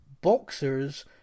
boxers